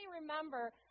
remember